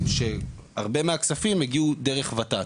כשהרבה מהכספים הגיעו דרך ות"ת.